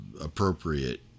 appropriate